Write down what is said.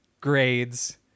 grades